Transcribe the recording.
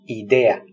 idea